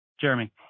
Jeremy